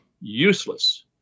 useless